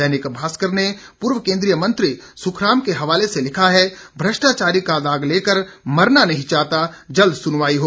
दैनिक भास्कर ने पूर्व केंद्रीय मंत्री सुखराम के हवाले से लिखा है भ्रष्टाचारी का दाग लेकर मरना नहीं चाहता जल्द सुनवाई हो